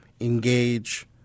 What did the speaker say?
engage